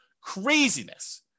Craziness